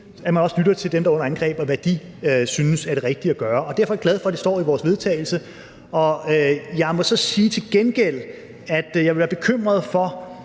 så også lytter til dem, der er under angreb, og hvad de synes er det rigtige at gøre, og derfor er jeg glad for, at det står i vores forslag til vedtagelse. Jeg må så til gengæld sige, at jeg vil være bekymret for,